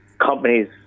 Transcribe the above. companies